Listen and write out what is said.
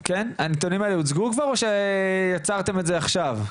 או שיצרתם את זה עכשיו?